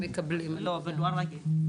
לא, בדואר רגיל.